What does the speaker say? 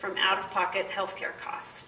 from out of pocket health care costs